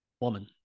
woman